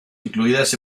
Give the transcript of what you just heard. incluidas